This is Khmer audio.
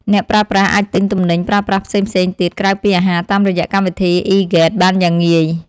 អ្នកប្រើប្រាស់អាចទិញទំនិញប្រើប្រាស់ផ្សេងៗទៀតក្រៅពីអាហារតាមរយៈកម្មវិធីអ៊ីហ្គេតបានយ៉ាងងាយ។